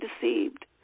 deceived